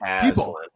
People